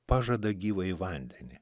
pažada gyvąjį vandenį